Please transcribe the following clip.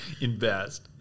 invest